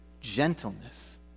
gentleness